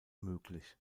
möglich